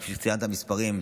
וכפי שציינת במספרים,